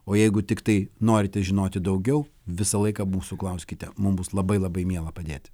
o jeigu tiktai norite žinoti daugiau visą laiką būsiu klauskite mum bus labai labai miela padėti